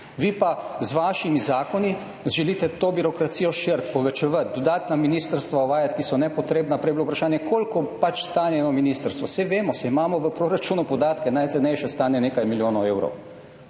Vi pa z vašimi zakoni želite to birokracijo širiti, povečevati, dodatna ministrstva uvajati, ki so nepotrebna. Prej je bilo vprašanje koliko stane na ministrstvu, saj vemo, saj imamo v proračunu podatke, najcenejše stane nekaj milijonov evrov,